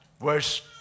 Verse